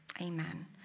Amen